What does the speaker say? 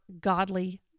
godly